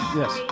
yes